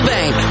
Bank